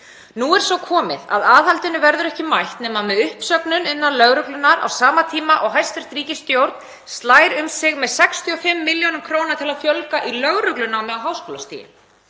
Nú er svo komið að aðhaldinu verður ekki mætt nema með uppsöfnun innan lögreglunnar á sama tíma og hæstv. ríkisstjórn slær um sig með 65 millj. kr. til að fjölga í lögreglunámi á háskólastigi.